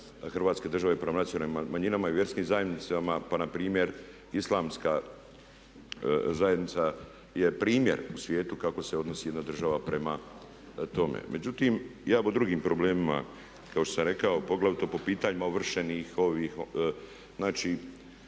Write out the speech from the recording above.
Hrvatske države prema nacionalnim manjinama i vjerskim zajednicama. Pa npr. Islamska zajednica je primjer u svijetu kako se odnosi jedna država prema tome. Međutim, ja bih o drugim problemima kao što sam rekao, poglavito po pitanjima ovršenih ovih, znači